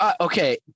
Okay